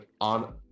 on